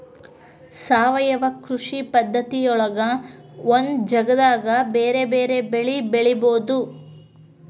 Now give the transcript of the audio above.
ಸಾವಯವ ಕೃಷಿ ಪದ್ಧತಿಯೊಳಗ ಒಂದ ಜಗದಾಗ ಬೇರೆ ಬೇರೆ ಬೆಳಿ ಬೆಳಿಬೊದು